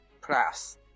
plus